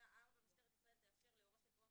סעיף 7(ב)(4): "משטרת ישראל תאפשר להורה של פעוט